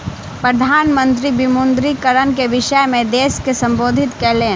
प्रधान मंत्री विमुद्रीकरण के विषय में देश के सम्बोधित कयलैन